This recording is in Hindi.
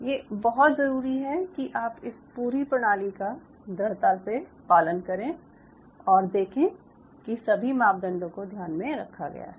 ये बहुत ज़रूरी है कि आप इस पूरी प्रणाली का दृढ़ता से पालन करें और देखें कि सभी मापदंडों को ध्यान में रखा गया है